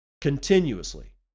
continuously